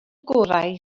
gorau